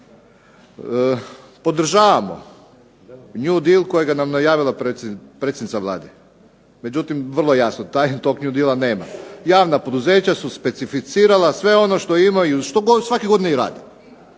Podržavamo new deal kojega nam je najavila predsjednica Vlade. Međutim, vrlo je jasno taj, tog new deala nema. Javna poduzeća su specificirala sve ono što imaju, što svake godine i rade.